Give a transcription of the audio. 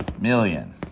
million